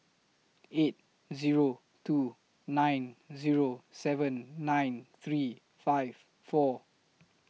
eight Zero two nine Zero seven nine three five four